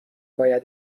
باید